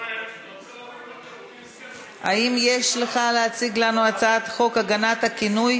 אנחנו עוברים להצעת חוק הגנת כינויי